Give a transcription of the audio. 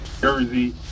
Jersey